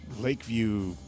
Lakeview